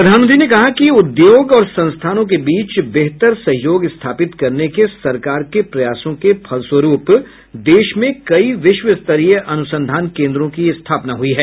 प्रधानमंत्री ने कहा कि उद्योग और संस्थानों के बीच बेहतर सहयोग स्थापित करने के सरकार के प्रयासों के फलस्वरूप देश में कई विश्वस्तरीय अनुसंधान केन्द्रों की स्थापना हुई है